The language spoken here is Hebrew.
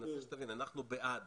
אנחנו בעד